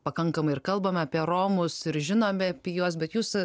pakankamai ir kalbam apie romus ir žinome apie juos bet jūs